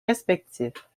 respectifs